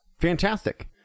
Fantastic